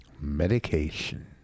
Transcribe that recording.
medication